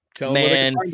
Man